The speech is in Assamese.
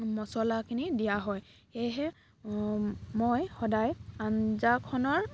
মচলাখিনি দিয়া হয় সেইয়েহে মই সদায় আঞ্জাখনৰ